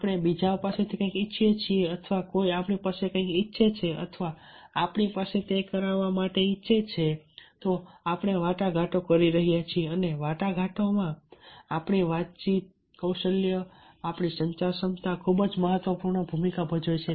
આપણે બીજાઓ પાસેથી કંઈક ઈચ્છીએ છીએ અથવા કોઈ આપણી પાસેથી કંઈક ઈચ્છે છે અથવા આપણી પાસે તે કરાવવા માટે કંઈક ઈચ્છે છે તો આપણે વાટાઘાટો કરી રહ્યા છીએ અને વાટાઘાટોમાં આપણી વાતચીત કૌશલ્ય આપણી સંચાર ક્ષમતા ખૂબ જ મહત્વપૂર્ણ ભૂમિકા ભજવે છે